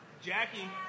Jackie